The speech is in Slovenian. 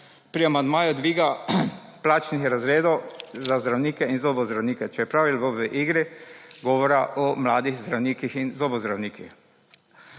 pri amandmaju dviga plačnih razredov za zdravnike in zobozdravnike, čeprav je bilo v igri govora o mladih zdravnikih in zobozdravnikih,